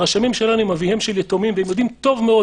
הרשמים שלנו הם אביהם של יתומים והם יודעים טוב מאוד